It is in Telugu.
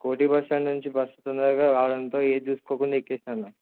కోటీ బస్టాండ్ నుంచి బస్సు తొందరగా రావడంతో ఏ చూసుకోకుండా ఎక్కేస్సాను